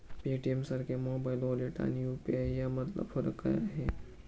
पेटीएमसारख्या mobile wallet आणि UPI यामधला फरक काय आहे?